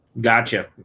Gotcha